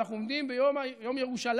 אנחנו עומדים ביום ירושלים,